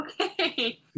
okay